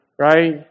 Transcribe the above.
right